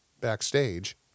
backstage